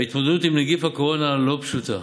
ההתמודדות עם נגיף הקורונה לא פשוטה,